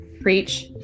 Preach